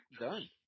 done